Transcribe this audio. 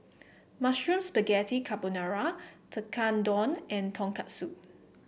Mushroom Spaghetti Carbonara Tekkadon and Tonkatsu